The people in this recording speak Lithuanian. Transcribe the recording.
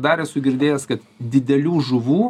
dar esu girdėjęs kad didelių žuvų